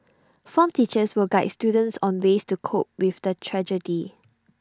form teachers will guide students on ways to cope with the tragedy